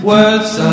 Words